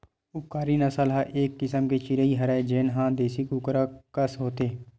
उपकारी नसल ह एक किसम के चिरई हरय जेन ह देसी कुकरा कस होथे